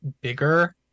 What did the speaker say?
bigger